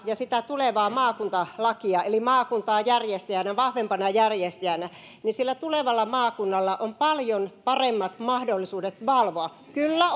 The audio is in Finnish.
ja sitä tulevaa maakuntalakia eli maakuntaa järjestäjänä vahvempana järjestäjänä niin sillä tulevalla maakunnalla on paljon paremmat mahdollisuudet valvoa kyllä